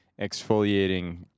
exfoliating